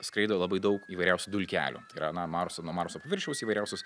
skraido labai daug įvairiausių dulkelių tai yra na marso nuo marso paviršiaus įvairiausios